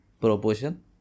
proportion